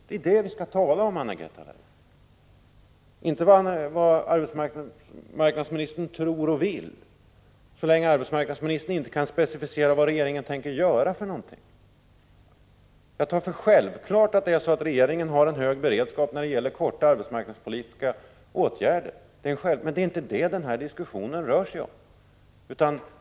Det är det vi skall tala om och inte om vad arbetsmarknadsministern tror och vill, så länge arbetsmarknadsministern inte kan specificera vad Prot. 1985/86:28 regeringen tänker göra. 15 november 1985 Jag tar det som självklart att regeringen har en hög beredskap när detgäller. arbetsmarknadspolitiska åtgärder på kort tid, men det är inte det som diskussionen rör sig om.